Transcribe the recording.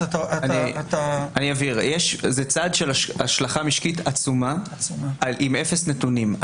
זה צעד של השלכה משקית עצומה עם אפס נתונים.